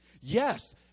Yes